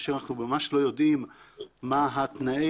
כאשר אנחנו ממש לא יודעים מה תנאי